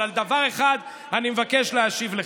אבל על דבר אחד אני מבקש להשיב לך.